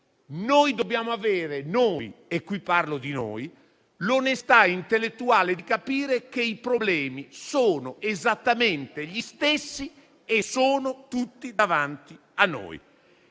noi dobbiamo avere - qui parlo di noi - l'onestà intellettuale di capire che i problemi sono esattamente gli stessi e sono tutti davanti a noi.